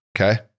Okay